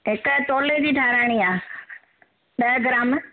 हिकु तोले जी ठाराहिणी आहे ॾह ग्राम